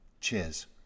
Cheers